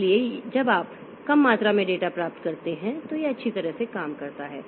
इसलिए जब आप कम मात्रा में डेटा प्राप्त करते हैं तो यह अच्छी तरह से काम करता है